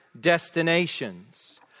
destinations